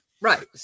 right